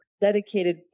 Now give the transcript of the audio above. dedicated